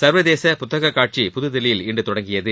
சர்வதேச புத்தக காட்சி புதுதில்லியில் இன்று தொடங்கியது